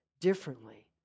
differently